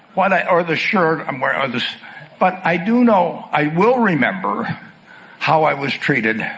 why, they are the shirt i'm wearing others but i do know, i will remember how i was treated?